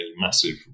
massive